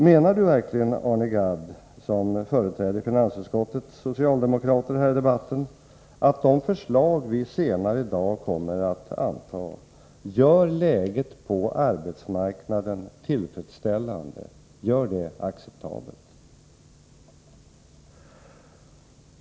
Menar verkligen Arne Gadd, som företräder finansutskottets socialdemokrater i debatten, att de förslag vi senare i dag kommer att anta gör läget på arbetsmarknaden tillfredsställande, acceptabelt?